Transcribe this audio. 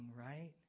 right